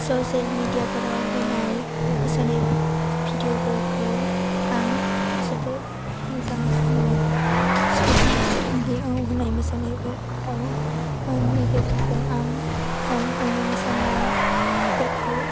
social मेडियाफोराव होनाय मोसानाय भिदिअफोरखौ आं जोबोद मोजां मोनो ससियेल मेदियायाव होनाय मोसानायफोराव गाननि गेजेरजों आं आं आंनि मोसानायफोरखौ